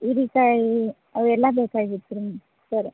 ಹೀರಿಕಾಯಿ ಅವೆಲ್ಲ ಬೇಕಾಗಿತ್ತು ರೀ ಸರ್